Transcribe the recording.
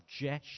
Jesh